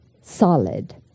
solid